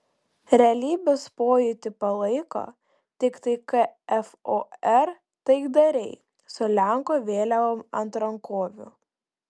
realybės pojūtį palaiko tiktai kfor taikdariai su lenkų vėliavom ant rankovių